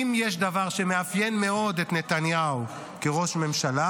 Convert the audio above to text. אם יש דבר שמאפיין מאוד את נתניהו כראש ממשלה